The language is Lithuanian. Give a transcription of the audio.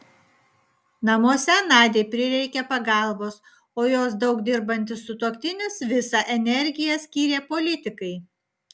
namuose nadiai prireikė pagalbos o jos daug dirbantis sutuoktinis visą energiją skyrė politikai